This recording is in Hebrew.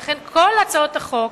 ולכן כל הצעות החוק